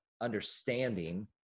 understanding